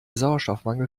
sauerstoffmangel